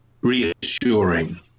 reassuring